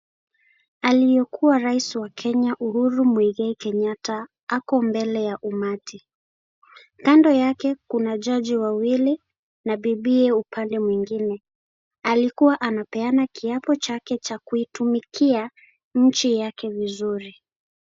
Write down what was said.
Aliyekua rais wa Kenya Uhuru Muigai Kenyatta ako mbele ya umati. Kando yake kuna jaji wawili, na bibiye upande mwingine. Alikua anapeana kiapo chake cha kuitumikia nchi yake vizuri.